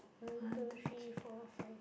one two three four five six